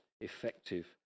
effective